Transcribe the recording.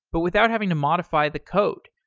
but without having to modify the code,